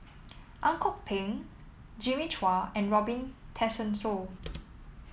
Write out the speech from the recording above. Ang Kok Peng Jimmy Chua and Robin Tessensohn